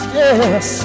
yes